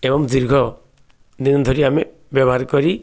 ଏବଂ ଦୀର୍ଘ ଦିନ ଧରି ଆମେ ବ୍ୟବହାର କରି